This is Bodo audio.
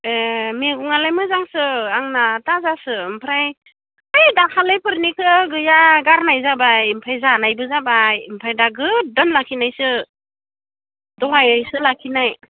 ए मैगङालाय मोजांसो आंना थाजासो ओमफ्राय है दाखालिफोरनिया गैया गारनाय जाबाय ओमफ्राय जानायबो जाबाय ओमफ्राय दा गोदान लाखिनायसो दहायसो लाखिनाय